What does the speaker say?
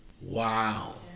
Wow